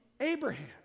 Abraham